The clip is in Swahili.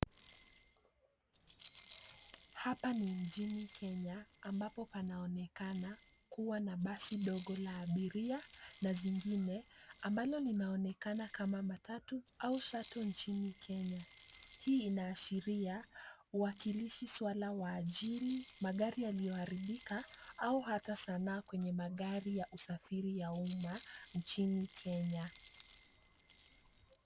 Hapa ni nchini Kenya ambapo panaonekana kuwa na basi dogo la abiria na zingine, ambalo linaonekana kama matatu au shuttle nchini Kenya. Hii inaashiria uwakilishi suala wa ajili, magari yaliyoharibika au hata sanaa kwenye magari ya usafiri ya umma nchini Kenya.